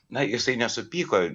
na jisai nesupyko